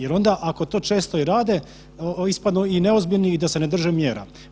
Jer onda ako to često i rade ispadnu i neozbiljni i da se ne drže mjera.